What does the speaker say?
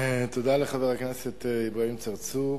תודה לחבר הכנסת אברהים צרצור.